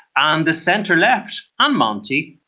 and the centre left, and monti,